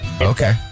okay